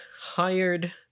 hired